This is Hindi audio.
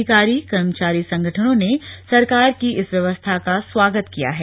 अधिकारी कर्मचारी संगठनों ने इस सरकार की इस व्यवस्था का स्वागत किया है